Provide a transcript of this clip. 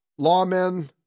Lawmen